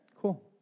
Cool